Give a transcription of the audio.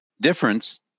difference